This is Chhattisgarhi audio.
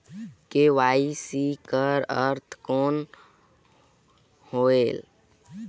के.वाई.सी कर अर्थ कौन होएल?